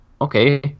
okay